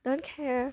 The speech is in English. don't care